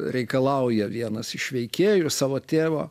reikalauja vienas iš veikėjų savo tėvo